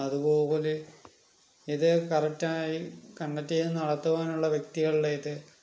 അതുപോലെ ഇത് കറക്ടായി കണ്ടക്ട് ചെയ്ത് നടത്തുവാനുള്ള വ്യക്തികളുടെ ഇത്